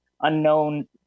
unknown